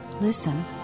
Listen